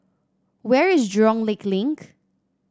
where is Jurong Lake Link